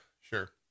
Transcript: sure